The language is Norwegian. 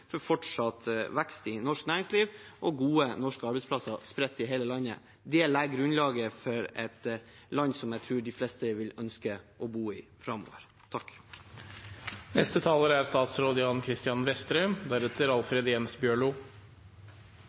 fortsatt vekst i norsk næringsliv og gode norske arbeidsplasser spredt over hele landet. Det vil legge grunnlaget for et land som jeg tror de fleste vil ønske å bo i framover. La det være helt klart at regjeringen er